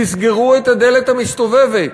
תסגרו את הדלת המסתובבת,